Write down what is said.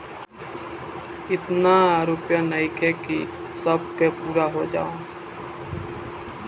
एतना रूपया नइखे कि सब के पूरा हो जाओ